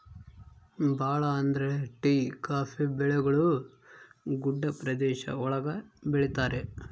ಭಾಳ ಅಂದ್ರೆ tea coffee ಬೆಳೆಗಳು ಗುಡ್ಡ ಪ್ರದೇಶ ಒಳಗ ಬೆಳಿತರೆ